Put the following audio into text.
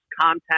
contact